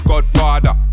Godfather